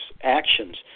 actions